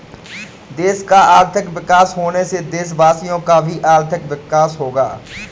देश का आर्थिक विकास होने से देशवासियों का भी आर्थिक विकास होगा